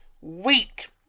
week